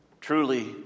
Truly